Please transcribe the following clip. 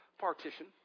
partition